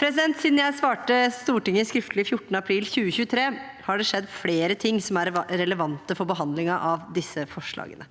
Siden jeg svarte Stortinget skriftlig 14. april 2023, har det skjedd flere ting som er relevante for behandlingen av disse forslagene.